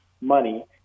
money